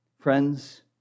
Friends